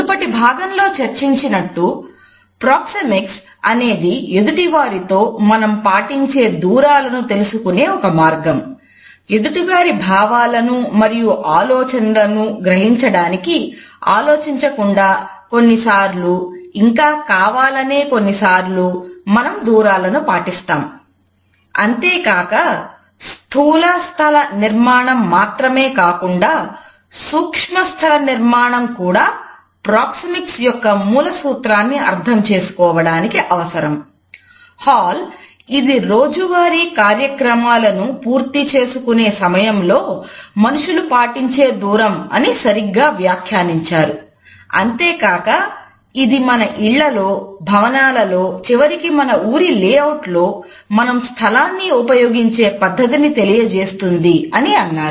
మునుపటి భాగంలో చర్చించినట్టు ప్రోక్సెమిక్స్ లో మనం స్థలాన్ని ఉపయోగించే పద్ధతిని తెలియజేస్తుంది అని అన్నారు